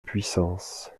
puissance